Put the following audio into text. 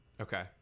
okay